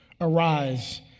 Arise